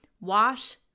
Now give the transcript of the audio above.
Wash